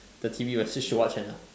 the T_V will switch to what channel